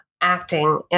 Acting